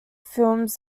films